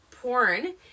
porn